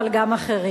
אבל גם אחרים.